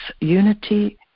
unity